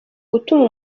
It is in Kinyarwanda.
gutuma